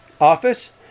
office